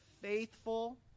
faithful